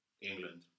England